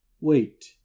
Wait